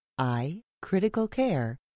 iCriticalCare